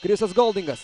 krisas goldingas